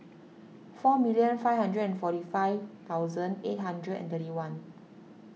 four million five hundred and forty five thousand eight hundred and thirty one